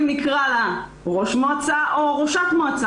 האם אנחנו נקרא לה "ראש ממשלה" או "ראשת ממשלה",